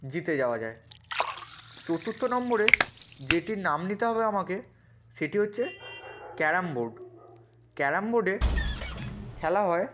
জিতে যাওয়া যায় চতুর্থ নম্বরে যেটির নাম নিতে হবে আমাকে সেটি হচ্ছে ক্যারাম বোর্ড ক্যারাম বোর্ডে খেলা হয়